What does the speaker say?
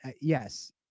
yes